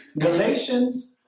Galatians